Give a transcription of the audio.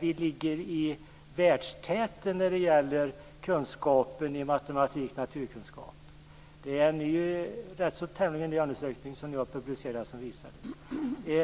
Vi ligger i världstäten när det gäller kunskap i matematik och naturkunskap. Det är en tämligen ny undersökning som nu har publicerats som visar det.